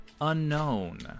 unknown